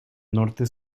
norte